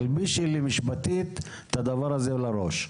תלבישי לי משפטית את הדבר הזה לראש.